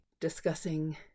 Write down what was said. discussing